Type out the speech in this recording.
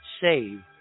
save